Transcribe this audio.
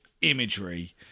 imagery